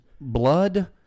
blood